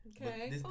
Okay